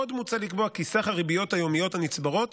עוד מוצע לקבוע כי סך הריביות היומיות הנצברות